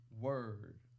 Word